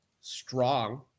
strong